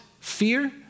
fear